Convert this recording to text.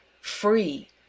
free